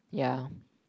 ya